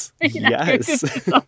Yes